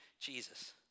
Jesus